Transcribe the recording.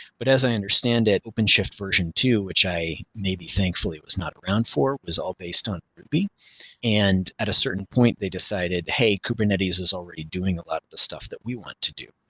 but as i understand it, openshift version two, which i maybe thankfully was not around for was all based on ruby and at a certain point they decided, hey, kubernetes is already doing a lot of the stuff that we want to do.